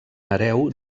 hereu